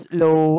low